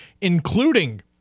including